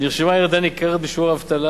נרשמה ירידה ניכרת בשיעור האבטלה,